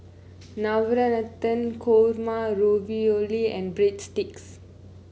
Navratan Korma Ravioli and Breadsticks